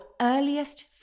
earliest